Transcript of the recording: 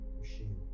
machine